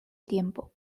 tiempo